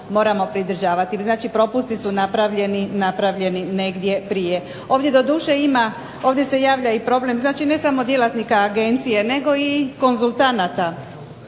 zaista pridržavati, znači propusti su napravljeni negdje prije. Ovdje se javlja problem ne samo djelatnika agencije nego i konzultanata